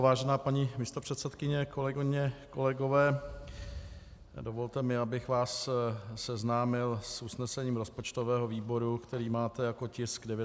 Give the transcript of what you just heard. Vážená paní místopředsedkyně, kolegyně, kolegové, dovolte mi, abych vás seznámil s usnesením rozpočtového výboru, které máte jako tisk 921/1.